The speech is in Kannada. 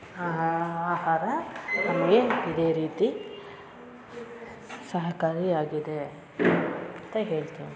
ಆಹಾ ಆಹಾರ ನಮಗೆ ಇದೆ ರೀತಿ ಸಹಕಾರಿಯಾಗಿದೆ ಅಂತ ಹೇಳ್ತೀನಿ